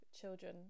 children